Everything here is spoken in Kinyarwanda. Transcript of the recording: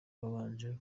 wabanje